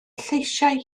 lleisiau